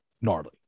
gnarly